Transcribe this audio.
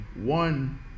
one